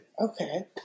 Okay